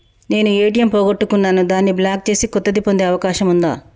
నేను ఏ.టి.ఎం పోగొట్టుకున్నాను దాన్ని బ్లాక్ చేసి కొత్తది పొందే అవకాశం ఉందా?